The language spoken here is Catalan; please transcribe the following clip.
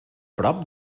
prop